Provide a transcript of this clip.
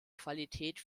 qualität